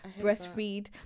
breastfeed